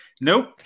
nope